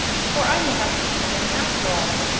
for i may have to eat them, after all.